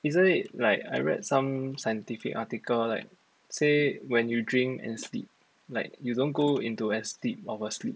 is it like I read some scientific article like say when you drink and sleep like you don't go into as deep of a sleep